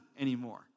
anymore